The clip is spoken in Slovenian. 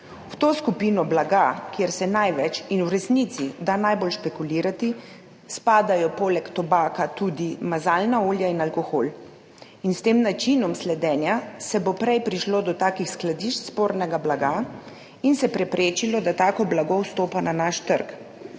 V to skupino blaga, kjer se da največ in v resnici najbolj špekulirati, spadajo poleg tobaka tudi mazalna olja in alkohol. S tem načinom sledenja se bo prej prišlo do takih skladišč spornega blaga in se preprečilo, da tako blago vstopa na naš trg.